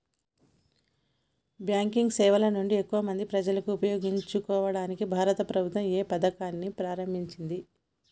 Banking సేవల నుండి ఎక్కువ మంది ప్రజలను ఉపయోగించుకోవడానికి భారత ప్రభుత్వం ఏ పథకాన్ని ప్రారంభించింది?